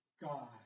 God